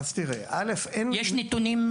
יש נתונים?